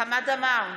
חמד עמאר,